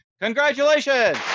congratulations